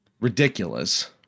ridiculous